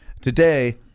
Today